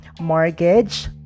mortgage